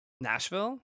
nashville